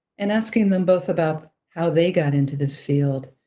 and asking them both about how they got into this field,